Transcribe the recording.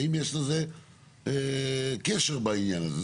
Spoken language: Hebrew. האם יש לזה קשר בעניין הזה?